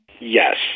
Yes